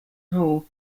hall